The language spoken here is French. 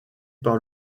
par